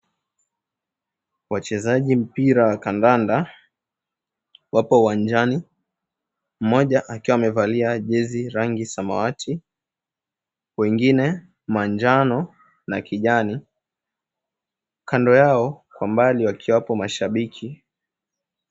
Wachezaji mpira wa kandanda wapo uwanjani, mmoja akiwa amevalia jezi rangi samawati wengine manjano na kijani, kando yao kwa mbali wakiwapo mashabiki.